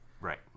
right